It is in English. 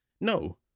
No